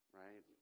right